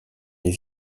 les